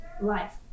life